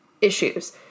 issues